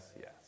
yes